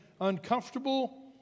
uncomfortable